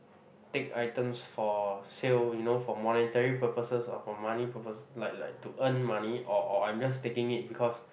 take items for sale you know for monetary purposes or for money purpose like like to earn money or or I'm just taking it because